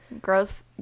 Gross